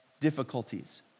difficulties